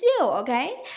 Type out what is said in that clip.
Okay